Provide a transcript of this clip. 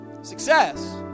Success